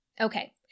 Okay